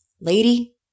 Lady